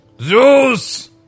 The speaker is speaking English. Zeus